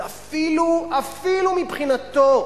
זה אפילו, אפילו מבחינתו,